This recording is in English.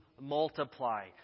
multiply